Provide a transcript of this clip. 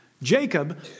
Jacob